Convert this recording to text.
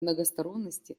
многосторонности